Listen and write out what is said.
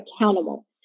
accountable